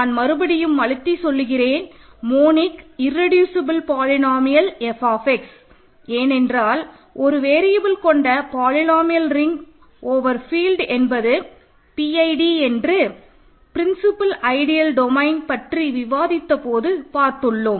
நான் மறுபடியும் அழுத்தி சொல்லுகிறேன் மோனிக் இர்ரெடியூசபல் பாலினோமியல் f ஏனென்றால் ஒரு வேரியபல் கொண்ட பாலினோமியல் ரிங் ஓவர் ஃபீல்டு என்பது PID என்று பிரின்சிப்பல் ஐடியல் டொமைன் பற்றி விவாதித்தபோது பார்த்துள்ளோம்